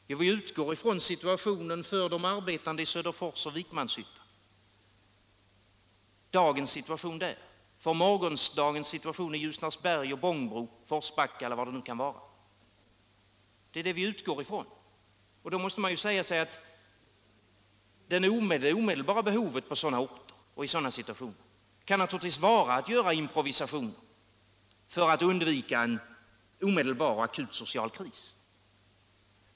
Jo, vi utgår från dagens situation för arbetarna i Söderfors och Vikmanshyttan och från morgondagens situation i Ljusnarsberg, Bångbro, Forsbacka eller vad det nu kan vara. Då måste man säga sig att det omedelbara behovet på sådana orter och i sådana situationer naturligtvis kan vara att göra improvisationer för att undvika en omedelbar akut social kris.